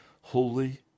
holy